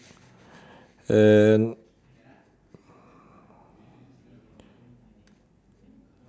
and